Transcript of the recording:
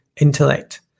intellect